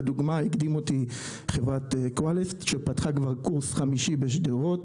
דוגמה לכך היא חברת קווליטסט שפתחה כבר קורס חמישי בשדרות